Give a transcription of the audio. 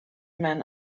man